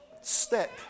step